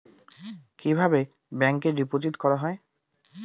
কিভাবে ব্যাংকে ডিপোজিট করা হয়?